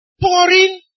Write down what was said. pouring